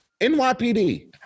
NYPD